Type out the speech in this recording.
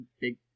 big